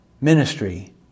ministry